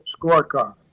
scorecard